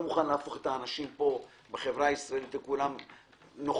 מוכן להפוך את האנשים בחברה הישראלית כולם לנוכלים,